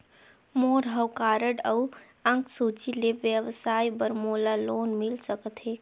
मोर हव कारड अउ अंक सूची ले व्यवसाय बर मोला लोन मिल सकत हे का?